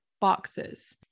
boxes